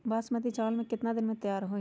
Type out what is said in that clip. बासमती चावल केतना दिन में तयार होई?